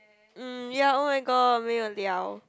um ya oh my god 没有了